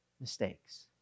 mistakes